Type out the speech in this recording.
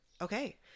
Okay